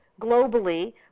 globally